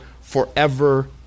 forever